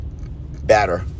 batter